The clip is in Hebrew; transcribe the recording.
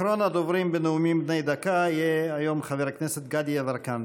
אחרון הדוברים בנאומים בני דקה יהיה היום חבר הכנסת גדי יברקן.